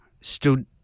stood